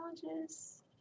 challenges